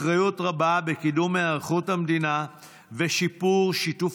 אחריות רבה לקידום היערכות המדינה ושיפור שיתוף